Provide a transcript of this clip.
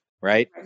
right